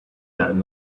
that